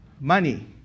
money